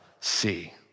see